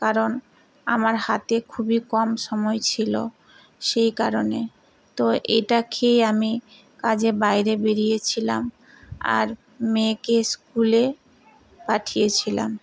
কারণ আমার হাতে খুবই কম সময় ছিল সেই কারণে তো এটা খেয়ে আমি কাজে বাইরে বেরিয়েছিলাম আর মেয়েকে স্কুলে পাঠিয়েছিলাম